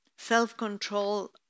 Self-control